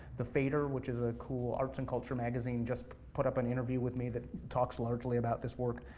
the fader, which is a cool arts and culture magazine, just put up an interview with me that talks largely about this work.